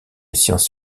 science